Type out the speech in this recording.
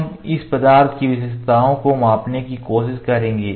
हम इस पदार्थ की विशेषताओं को मापने की कोशिश करेंगे